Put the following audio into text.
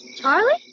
Charlie